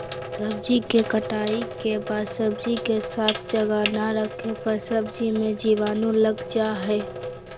सब्जी के कटाई के बाद सब्जी के साफ जगह ना रखे पर सब्जी मे जीवाणु लग जा हय